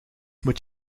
moet